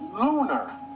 lunar